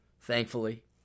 thankfully